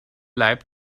leib